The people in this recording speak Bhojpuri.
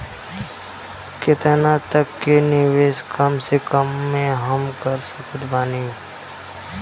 केतना तक के निवेश कम से कम मे हम कर सकत बानी?